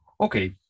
Okay